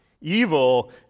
Evil